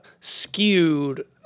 skewed